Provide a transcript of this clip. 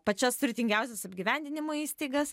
pačias turtingiausias apgyvendinimo įstaigas